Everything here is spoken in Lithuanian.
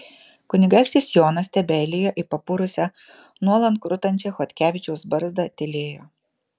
kunigaikštis jonas stebeilijo į papurusią nuolat krutančią chodkevičiaus barzdą tylėjo